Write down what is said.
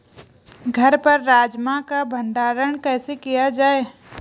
घर पर राजमा का भण्डारण कैसे किया जाय?